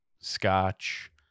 scotch